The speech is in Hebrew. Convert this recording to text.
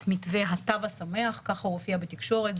מתווה התו השמח ככה הוא הופיע בתקשורת.